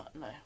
No